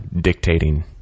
dictating